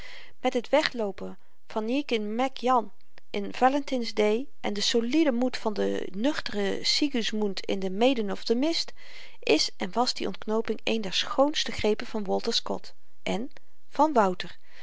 met het wegloopen van eachin mac jan in valentins day en den solieden moed van den nuchteren sigismund in the maiden of the mist is en was die ontknooping een der schoonste grepen van walter scott en van wouter